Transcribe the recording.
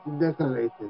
decorated